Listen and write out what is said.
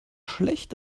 schlecht